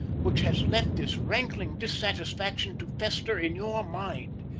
which has left this rankling dissatisfaction to fester in your mind.